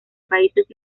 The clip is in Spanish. países